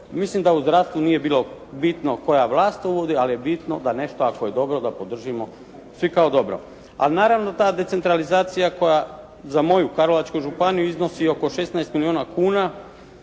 mislim da u zdravstvu nije bilo bitno koja vlast je ovdje, ali je bitno da nešto ako je dobro da podržimo svi kao dobro. Ali naravno ta decentralizacija koja za moju Karlovačku županiju iznosi oko 16 milijuna kuna.